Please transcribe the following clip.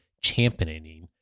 championing